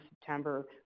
September